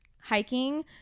Hiking